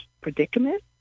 predicament